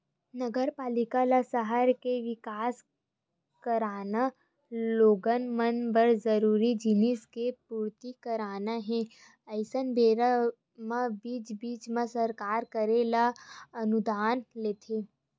नगरपालिका ल सहर के बिकास कराना लोगन मन बर जरूरी जिनिस के पूरति कराना हे अइसन बेरा म बीच बीच म सरकार करा ले अनुदान लेथे